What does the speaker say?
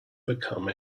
become